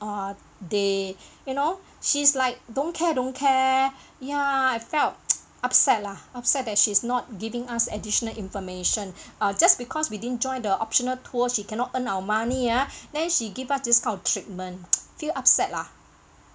uh day you know she's like don't care don't care ya I felt upset lah upset that she's not giving us additional information uh just because we didn't join the optional tour she cannot earn our money ah then she give this kind of treatment feel upset lah